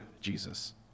Jesus